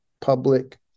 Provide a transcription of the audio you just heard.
public